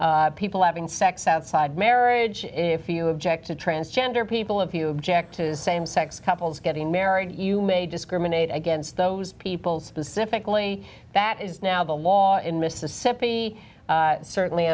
people having sex outside marriage if you object to transgender people if you object to same sex couples getting married you may discriminate against those people specifically that is now the law in mississippi certainly